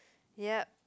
ya